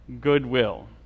goodwill